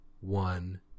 one